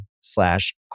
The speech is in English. slash